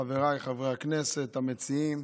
חבריי חברי הכנסת המציעים,